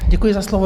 Děkuji za slovo.